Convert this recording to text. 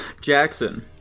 Jackson